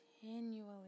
continually